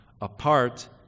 apart